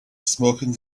smoking